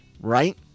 right